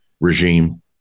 regime